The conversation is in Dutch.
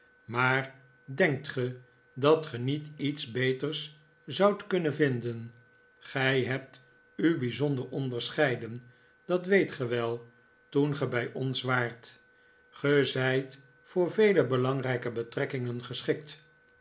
maar denkt ge dat ge niet iets beters zoudt kunnen vinden gij hebt u bijzonder onderscheiden dat weet gii wel toen ge bij ons waart ge zijt voor vele belangrijke betrekkingen geschikt